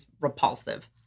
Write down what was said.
repulsive